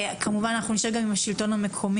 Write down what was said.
כמובן אנחנו נשב גם עם השלטון המקומי.